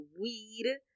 weed